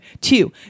Two